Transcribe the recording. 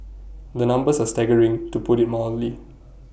the numbers are staggering to put IT mildly